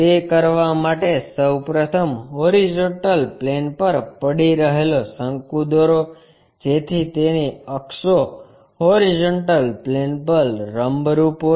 તે કરવા માટે સૌ પ્રથમ હોરીઝોન્ટલ પ્લેન પર પડી રહેલો શંકુ દોરો જેથી તેની અક્ષો હોરીઝોન્ટલ પ્લેન પર લંબરૂપ હોય